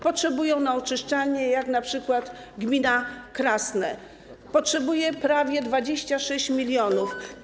Potrzebują one na oczyszczalnie, jak np. gmina Krasne, która potrzebuje prawie 26 mln zł.